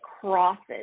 crosses